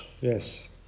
Yes